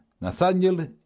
Nathaniel